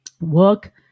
work